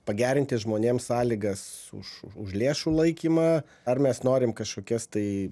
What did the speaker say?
pagerinti žmonėms sąlygas už už už lėšų laikymą ar mes norim kažkokias tai